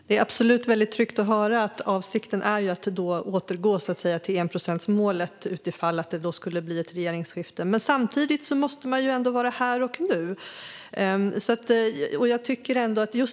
Herr talman! Det känns absolut tryggt att höra att avsikten är att återgå till enprocentsmålet utifall att det skulle bli ett regeringsskifte. Samtidigt måste man vara här och nu.